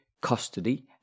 custody